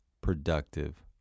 productive